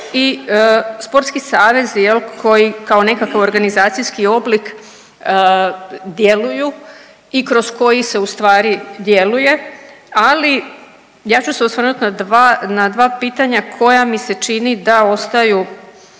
i sportski savezi jel koji kao nekakav organizacijski oblik djeluju i kroz koji se ustvari djeluje, ali ja ću se osvrnut na dva, na dva pitanja koja mi se čini da ostaju